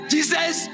Jesus